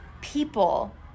people